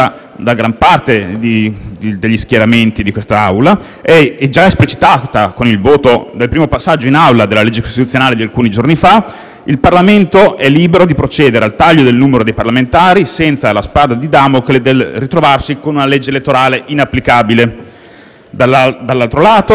il Parlamento è libero di procedere al taglio del numero dei parlamentari senza la spada di Damocle del ritrovarsi con una legge elettorale inapplicabile. Dall'altro lato, il Capo dello Stato vede salva e garantita la sua facoltà di scioglimento delle Camere in ogni momento, perché sarà appunto sempre in vigore una legge elettorale funzionante.